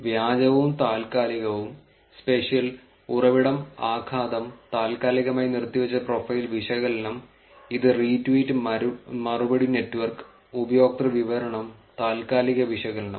വ്യാജവും താൽക്കാലികവും സ്പേഷ്യൽ ഉറവിടം ആഘാതം താൽക്കാലികമായി നിർത്തിവച്ച പ്രൊഫൈൽ വിശകലനം ഇത് റീട്വീറ്റ് മറുപടി നെറ്റ്വർക്ക് ഉപയോക്തൃ വിവരണം താൽക്കാലിക വിശകലനം